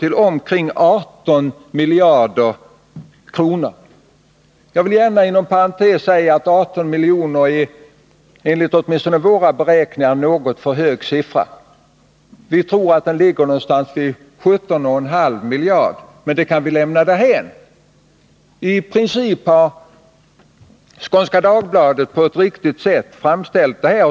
till omkring 18 miljarder kr.” Jag vill gärna inom parentes säga att 18 miljarder kronor åtminstone enligt våra beräkningar är en något för hög siffra. Vi tror att den ligger någonstans på 17,5 miljarder. Men det kan vi lämna därhän; i princip har Skånska Dagbladet på ett riktigt sätt framställt det hela.